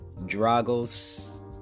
Drago's